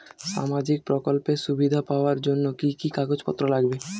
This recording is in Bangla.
সামাজিক প্রকল্পের সুবিধা পাওয়ার জন্য কি কি কাগজ পত্র লাগবে?